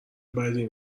بدی